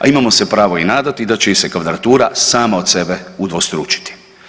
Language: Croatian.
A imamo se pravo i nadati da će im se kvadratura sama od sebe udvostručiti.